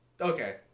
Okay